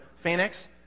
Phoenix